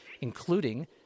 including